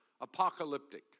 apocalyptic